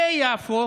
ביפו